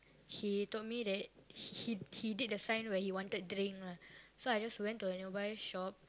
he told me that he he he did the sign where he wanted drink lah so I just went to a nearby shop